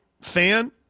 fan